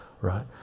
Right